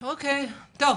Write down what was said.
תודה.